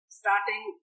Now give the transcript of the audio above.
starting